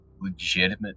legitimate